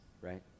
right